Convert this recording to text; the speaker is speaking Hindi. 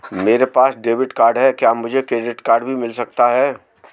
मेरे पास डेबिट कार्ड है क्या मुझे क्रेडिट कार्ड भी मिल सकता है?